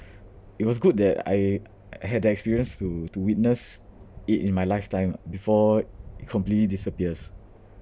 it was good that I I had the experience to to witness it in my lifetime before it completely disappears